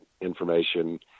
information